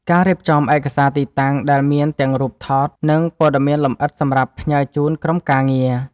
ការរៀបចំឯកសារទីតាំង ដែលមានទាំងរូបថត និងព័ត៌មានលម្អិតសម្រាប់ផ្ញើជូនក្រុមការងារ។